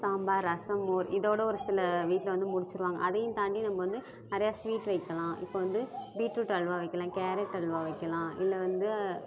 சாம்பார் ரசம் மோர் இதோடு ஒரு சில வீட்டில் வந்து முடிச்சிடுவாங்க அதையும் தாண்டி நம்ம வந்து நிறையா ஸ்வீட் வைக்கலாம் இப்போ வந்து பீட்ரூட் அல்வா வைக்கலாம் கேரட் அல்வா வைக்கலாம் இல்லை வந்து